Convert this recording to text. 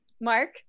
Mark